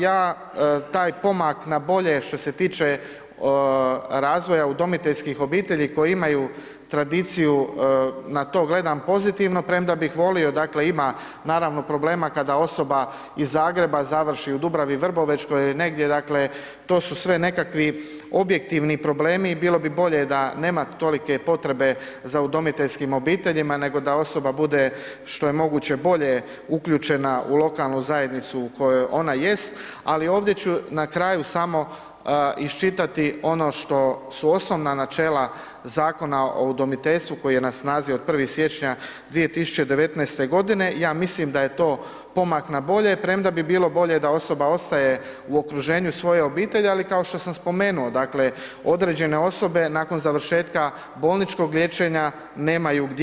Ja taj pomak na bolje što se tiče razvoja udomiteljskih obitelji koji imaju tradiciju, na to gledam pozitivno, premda bih volio, dakle, ima naravno problema kada osoba iz Zagreba završi u Dubravi Vrbovečkoji ili negdje, dakle, to su sve nekakvi objektivni problemi i bilo bi bolje da nema tolike potrebe za udomiteljskim obiteljima, nego da osoba bude što je moguće bolje uključena u lokalnu zajednicu u kojoj ona jest, ali ovdje ću na kraju samo isčitati ono što su osnovna načela Zakona o udomiteljstvu koji je na snazi od 1. siječnja 2019.g., ja mislim da je to pomak na bolje, premda bi bilo bolje da osoba ostaje u okruženju svoje obitelji, ali kao što sam spomenuo, dakle, određene osobe nakon završetka bolničkog liječenja nemaju gdje.